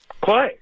Clay